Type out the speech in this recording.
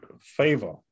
favor